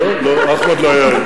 לא להפריע